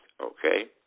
Okay